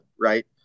right